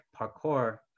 parkour